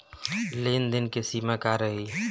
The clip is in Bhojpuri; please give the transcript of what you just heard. लेन देन के सिमा का रही?